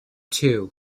two